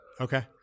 Okay